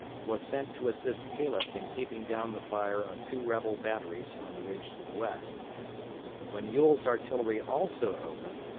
was sent to assist calef in keeping down the fire of two rebel batteries on the ridge to the west but when ewell's artillery also opened,